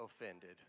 offended